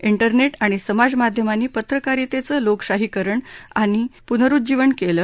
इंजुनेश आणि समाजमाध्यमांनी पत्रकारितेचं लोकशाहीकरण आणि पुनरुज्जीवन केलं